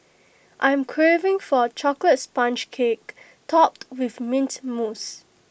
I am craving for A Chocolate Sponge Cake Topped with Mint Mousse